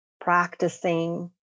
practicing